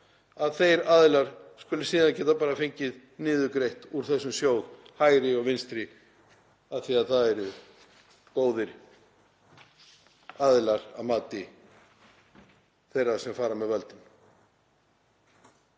að þeir aðilar skuli síðan geta fengið niðurgreitt úr þessum sjóði hægri og vinstri af því að þeir eru góðir aðilar að mati þeirra sem fara með völdin.